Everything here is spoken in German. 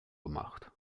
gemacht